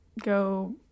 go